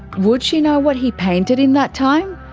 would she know what he painted in that time?